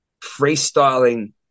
freestyling